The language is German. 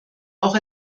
auch